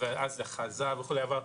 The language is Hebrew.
זה חזר וכו'.